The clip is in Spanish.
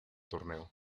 torneo